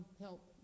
help